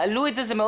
תעלו את זה.